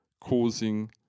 causing